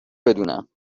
بدونم